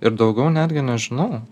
ir daugiau netgi nežinau